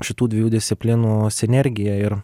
šitų dviejų disciplinų sinergija ir